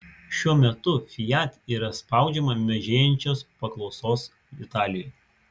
šiuo metu fiat yra spaudžiama mažėjančios paklausos italijoje